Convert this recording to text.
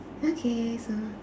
okay so